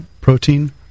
protein